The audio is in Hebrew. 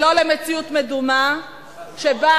ולא למציאות מדומה שבה